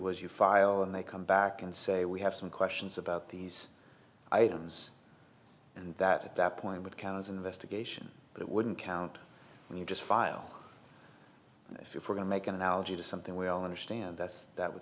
was you file and they come back and say we have some questions about these items and that at that point would count as an investigation but it wouldn't count when you just file if you're going to make an analogy to something we all understand that that would